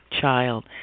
child